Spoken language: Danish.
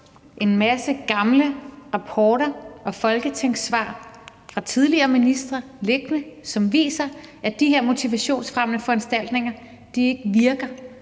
en masse gamle rapporter og folketingssvar fra tidligere ministre liggende, som viser, at de her motivationsfremmende foranstaltninger ikke virker.